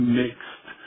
mixed